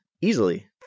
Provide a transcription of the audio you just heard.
easily